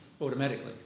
Automatically